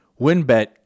WinBet